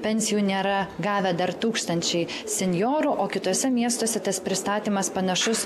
pensijų nėra gavę dar tūkstančiai senjorų o kituose miestuose tas pristatymas panašus